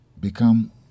become